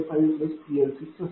तर हा P2आहे